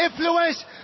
influence